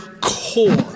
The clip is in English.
core